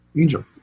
Angel